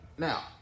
Now